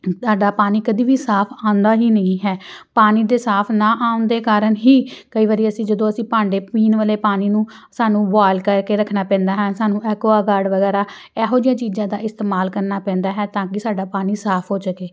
ਸਾਡਾ ਪਾਣੀ ਕਦੇ ਵੀ ਸਾਫ਼ ਆਉਂਦਾ ਹੀ ਨਹੀਂ ਹੈ ਪਾਣੀ ਦੇ ਸਾਫ਼ ਨਾ ਆਉਣ ਦੇ ਕਾਰਨ ਹੀ ਕਈ ਵਾਰੀ ਅਸੀਂ ਜਦੋਂ ਅਸੀਂ ਭਾਂਡੇ ਪੀਣ ਵਾਲੇ ਪਾਣੀ ਨੂੰ ਸਾਨੂੰ ਉਬਾਲ ਕਰਕੇ ਰੱਖਣਾ ਪੈਂਦਾ ਹੈ ਸਾਨੂੰ ਐਕਵਾਗਾਰਡ ਵਗੈਰਾ ਇਹੋ ਜਿਹੀਆਂ ਚੀਜ਼ਾਂ ਦਾ ਇਸਤੇਮਾਲ ਕਰਨਾ ਪੈਂਦਾ ਹੈ ਤਾਂ ਕਿ ਸਾਡਾ ਪਾਣੀ ਸਾਫ਼ ਹੋ ਸਕੇ